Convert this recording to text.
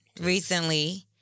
recently